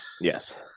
Yes